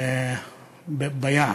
ביער.